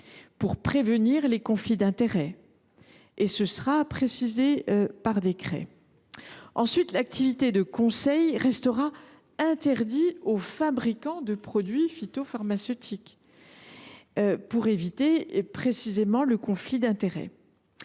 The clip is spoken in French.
pour prévenir les conflits d’intérêts. Ensuite, l’activité de conseil restera interdite aux fabricants de produits phytopharmaceutiques pour éviter précisément tout conflit d’intérêts.